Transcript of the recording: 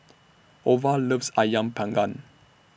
Ova loves Ayam Panggang